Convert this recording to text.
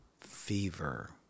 fever